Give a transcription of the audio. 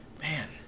Man